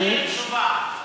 על האין-תשובה.